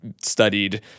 studied